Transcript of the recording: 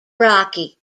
rocky